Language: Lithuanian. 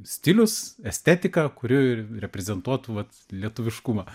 stilius estetika kuri reprezentuotų vat lietuviškumą